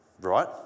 Right